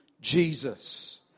Jesus